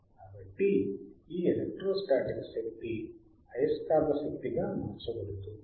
కాబట్టి ఈ ఎలెక్ట్రోస్టాటిక్ శక్తి అయస్కాంత శక్తిగా మార్చబడుతుంది